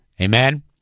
Amen